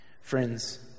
friends